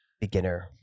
beginner